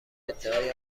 ادعای